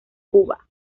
cuba